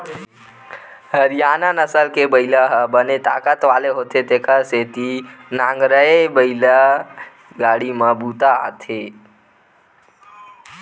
हरियाना नसल के बइला ह बने ताकत वाला होथे तेखर सेती नांगरए बइला गाड़ी म बूता आथे